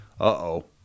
Uh-oh